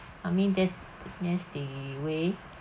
I mean that's that's the way